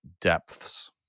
depths